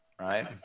right